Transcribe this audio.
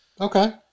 Okay